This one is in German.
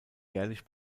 jährlich